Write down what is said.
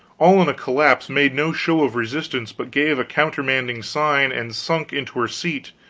all in a collapse, made no show of resistance but gave a countermanding sign and sunk into her seat.